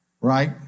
right